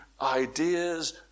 Ideas